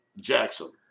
Jackson